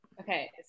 Okay